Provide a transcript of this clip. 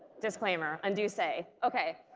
disclaimer, undo say. okay,